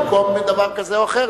במקום דבר אחר,